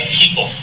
people